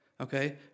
okay